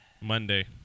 Monday